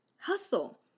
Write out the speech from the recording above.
hustle